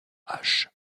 hache